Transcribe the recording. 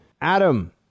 Adam